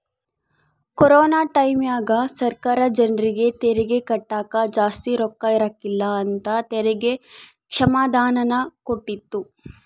corona ಟೈಮ್ಯಾಗ ಸರ್ಕಾರ ಜರ್ನಿಗೆ ತೆರಿಗೆ ಕಟ್ಟಕ ಜಾಸ್ತಿ ರೊಕ್ಕಿರಕಿಲ್ಲ ಅಂತ ತೆರಿಗೆ ಕ್ಷಮಾದಾನನ ಕೊಟ್ಟಿತ್ತು